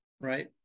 Right